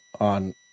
on